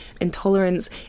intolerance